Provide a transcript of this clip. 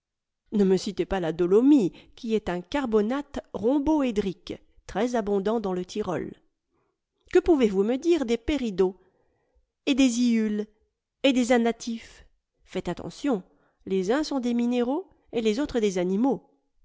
ne me citez pas la dolomie qui est un carbonate rhomboédrique très abondant dans le tyrol que pouvez-vous me dire des péridots f et des iules et des aiiatifes faites attention les uns sont des minéraux et les autres des animaux